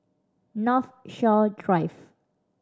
Northshore Drive